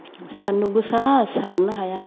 सान्दुं गोसा सारनोनो हाया